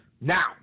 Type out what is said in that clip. Now